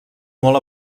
molt